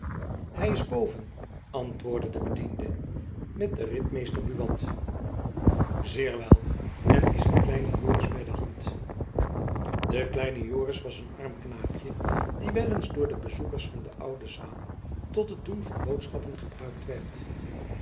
hy is boven antwoordde de bediende met den ritmeester buat zeer wel en is de kleine joris by de hand de kleine joris was een arme knaap die wel eens door de bezoekers van de oude zwaen tot het doen van boodschappen gebruikt werd